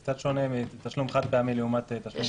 זה קצת שונה תשלום חד-פעמי לעומת תשלום שהוא בבסיס.